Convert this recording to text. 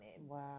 Wow